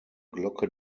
glocke